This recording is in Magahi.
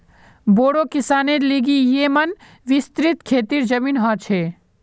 बोड़ो किसानेर लिगि येमं विस्तृत खेतीर जमीन ह छे